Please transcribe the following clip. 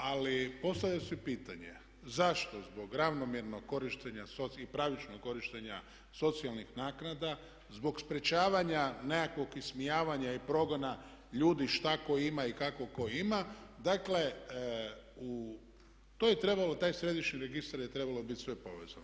Ali, postavlja se pitanje zašto zbog ravnomjernog korištenja i pravičnog korištenja socijalnih naknada, zbog sprječavanja nekakvog ismijavanja i progona ljudi što tko ima i kako tko ima dakle to je trebalo u taj središnji registar je trebalo biti sve povezano.